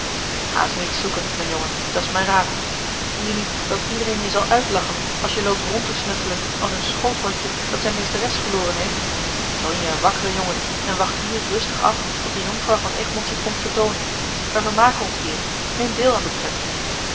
ga ze niet zoeken mijn jongen dat's mijn raad zie je niet dat iedereen je zal uitlachen als je loopt rond te snuffelen als een schoothondje dat zijne meesteres verloren heeft toon je een wakkere jongen en wacht hier rustig af tot de jonkvrouw van egmond zich komt vertoonen wij vermaken ons hier neem deel aan de pret